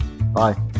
Bye